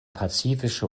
pazifische